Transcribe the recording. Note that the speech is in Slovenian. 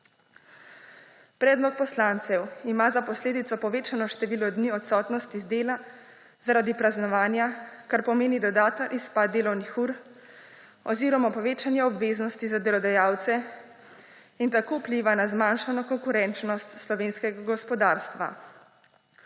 Predlog poslancev ima za posledico povečano število dni odsotnosti z dela zaradi praznovanja, kar pomeni dodaten izpad delovnih ur oziroma povečanje obveznosti za delodajalce in tako vpliva na zmanjšano konkurenčnost slovenskega gospodarstva.